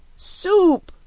soup!